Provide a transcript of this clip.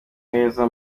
heza